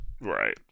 Right